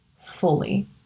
fully